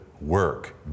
work